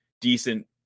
decent